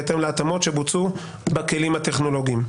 בהתאם להתאמות שבוצעו בכלים הטכנולוגיים.